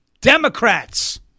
Democrats